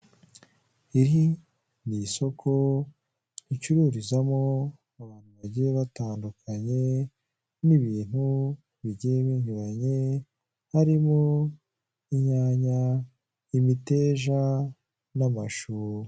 Iri ni isoko ricururizamo abantu bagiye batandukanye n'ibintu bigiye binyuranye harimo inyanya, imiteja n'amashu.